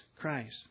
Christ